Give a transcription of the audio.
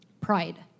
Pride